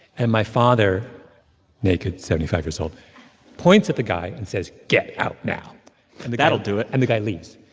and my father naked, seventy five years old points at the guy and says, get out now and that'll do it and the guy leaves.